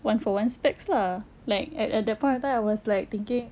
one for one specs lah like at at that point of time I was like thinking